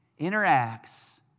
interacts